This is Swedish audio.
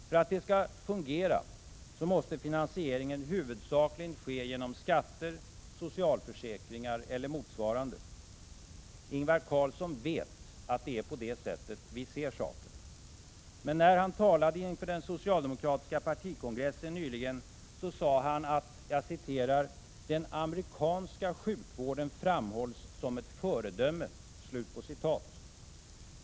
För att det skall fungera måste finansieringen huvudsakligen ske genom skatter, socialförsäkringar eller motsvarande. Ingvar Carlsson vet att det är så här vi ser saken. Men när han talade inför den socialdemokratiska partikongressen nyligen sade han att ”den amerikanska sjukvården framhålls ——-- som ett föredöme”.